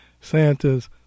Santa's